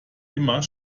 immer